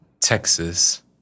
Texas